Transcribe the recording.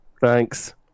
Thanks